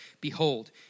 Behold